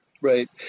Right